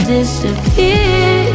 Disappear